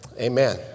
amen